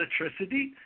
electricity